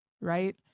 right